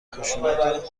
خشونت